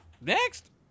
next